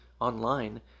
online